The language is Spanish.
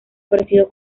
ofrecido